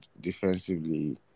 defensively